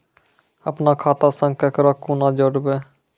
अपन खाता संग ककरो कूना जोडवै?